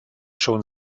schon